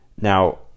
now